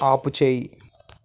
ఆపుచేయి